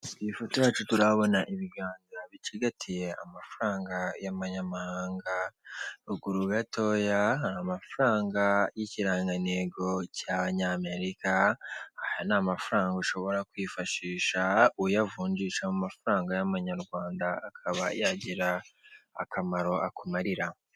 Ku ifoto yacu turahabona ibiganza bicigatiye amafaranga y'amanyamahanga, ruguru gatoya hari amafaranga y'ikirangantego cy'abanyamerika, aya ni amafaranga ushobora kwifashisha uyavunjisha mu mafaranga y'amanyarwanda, akaba yagira akamaro akumarira.